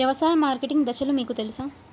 వ్యవసాయ మార్కెటింగ్ దశలు మీకు తెలుసా?